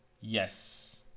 Yes